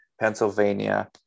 Pennsylvania